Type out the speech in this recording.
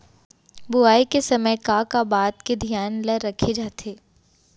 बुआई के समय का का बात के धियान ल रखे जाथे?